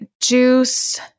juice